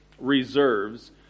reserves